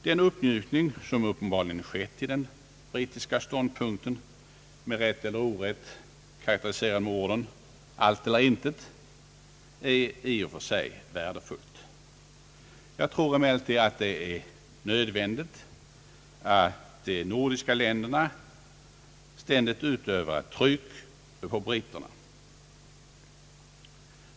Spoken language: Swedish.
Den uppmjukning som uppenbarligen skett i den brittiska ståndpunkten — med rätt eller orätt karakteriserad med orden »allt eller intet« — är i och för sig värdefull. Jag tror emellertid att det är nödvändigt att de nordiska länderna ständigt utövar ett tryck på britterna.